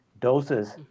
doses